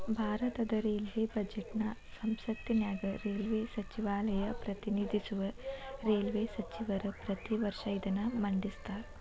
ಭಾರತದ ರೈಲ್ವೇ ಬಜೆಟ್ನ ಸಂಸತ್ತಿನ್ಯಾಗ ರೈಲ್ವೇ ಸಚಿವಾಲಯ ಪ್ರತಿನಿಧಿಸುವ ರೈಲ್ವೇ ಸಚಿವರ ಪ್ರತಿ ವರ್ಷ ಇದನ್ನ ಮಂಡಿಸ್ತಾರ